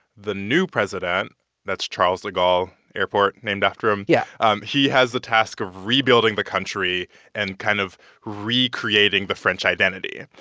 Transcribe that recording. the new president that's charles de gaulle, airport named after him. yeah. um he has the task of rebuilding the country and kind of recreating the french identity.